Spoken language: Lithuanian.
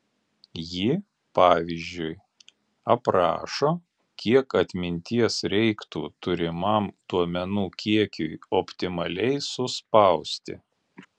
ji pavyzdžiui aprašo kiek atminties reiktų turimam duomenų kiekiui optimaliai suspausti